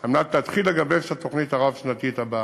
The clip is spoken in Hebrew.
על מנת להתחיל לגבש את התוכנית הרב-שנתית הבאה.